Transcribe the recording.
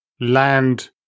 land